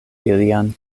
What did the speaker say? ilian